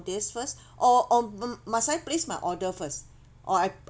this first or or m~ must I place my order first or I